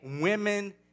women